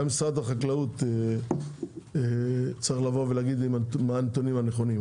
גם משרד החקלאות צריך להגיד מה הנתונים הנכונים,